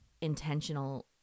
intentional